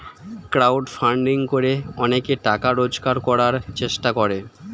crowd funding করে অনেকে টাকা রোজগার করার চেষ্টা করে